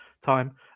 time